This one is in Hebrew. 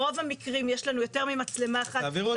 ברוב המקרים יש לנו יותר ממצלמה אחת --- תעבירו את